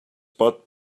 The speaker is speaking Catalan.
pot